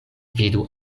vidu